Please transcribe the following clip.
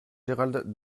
gérald